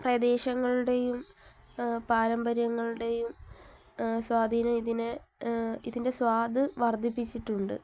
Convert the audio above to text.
പ്രദേശങ്ങളുടേയും പാരമ്പര്യങ്ങളുടേയും സ്വാധീനം ഇതിനെ ഇതിൻ്റെ സ്വാദ് വർദ്ധിപ്പിച്ചിട്ടുണ്ട്